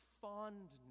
fondness